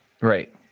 Right